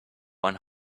one